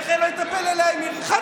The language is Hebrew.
איך אני לא איטפל אליה אם היא חד-צדדית?